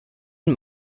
und